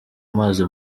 amazi